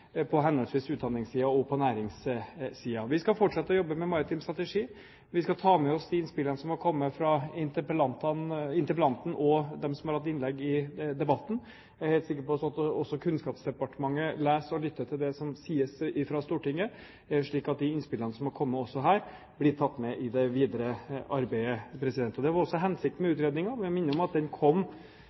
på henholdsvis utdanningssiden og på næringssiden. Vi skal fortsette å jobbe med maritim strategi. Vi skal ta med oss de innspillene som er kommet fra interpellanten, og fra dem som har hatt innlegg i debatten. Jeg er helt sikker på at også Kunnskapsdepartementet leser og lytter til det som sies fra Stortinget, slik at de innspillene som er kommet, også her blir tatt med i det videre arbeidet. Det var også hensikten med utredningen. Jeg vil minne om at den kom